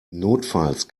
notfalls